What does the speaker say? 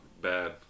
bad